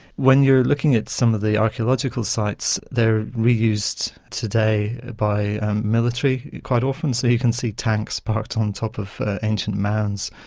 when you're looking at some of the archaeological sites, they are reused today by military quite often, so you can see tanks parked on top of ancient mounds.